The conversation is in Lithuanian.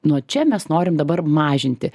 nuo čia mes norim dabar mažinti